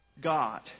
God